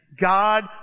God